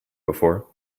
before